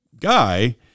guy